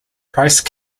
price